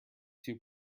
two